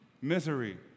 misery